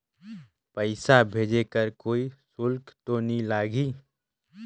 पइसा भेज कर कोई शुल्क तो नी लगही?